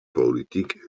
polityk